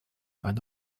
eine